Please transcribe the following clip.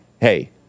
Hey